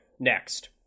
Next